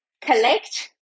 collect